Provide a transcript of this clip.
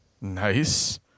nice